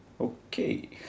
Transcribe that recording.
Okay